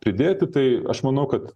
pridėti tai aš manau kad